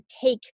take